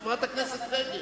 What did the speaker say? חברת הכנסת רגב.